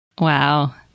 Wow